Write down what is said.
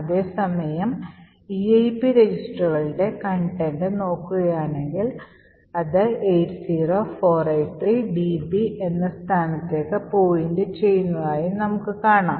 അതേ സമയം eip രജിസ്റ്ററുലെ contents നോക്കുകയാണെങ്കിൽ അത് 80483db എന്ന സ്ഥാനത്തേക്ക് പോയിൻറ് ചെയ്യുന്നതായും നമുക്ക് കാണാം